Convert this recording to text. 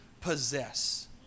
possess